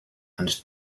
and